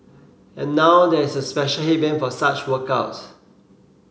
and now there is a special headband for such workouts